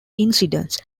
incidence